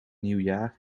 nieuwjaar